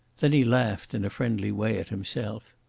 then he laughed in a friendly way at himself.